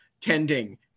tending